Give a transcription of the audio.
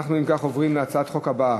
אם כך, אנחנו עוברים להצעת החוק הבאה,